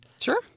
Sure